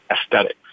aesthetics